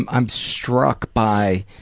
i'm struck by